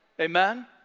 Amen